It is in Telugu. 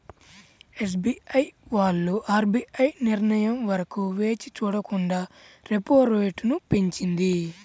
ఎస్బీఐ వాళ్ళు ఆర్బీఐ నిర్ణయం వరకు వేచి చూడకుండా రెపో రేటును పెంచింది